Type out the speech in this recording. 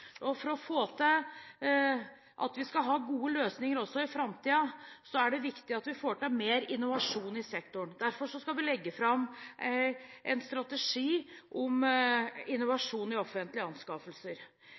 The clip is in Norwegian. For at vi skal ha gode løsninger også i framtiden, er det viktig at vi får til mer innovasjon i sektoren. Derfor skal vi legge fram en strategi om